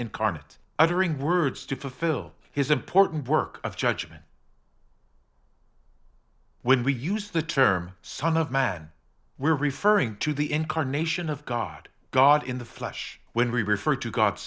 incarnate uttering words to fulfill his important work of judgment when we use the term son of man we are referring to the incarnation of god god in the flesh when we refer to god